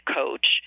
coach